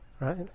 right